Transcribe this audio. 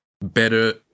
better